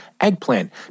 eggplant